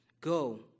Go